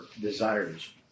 desires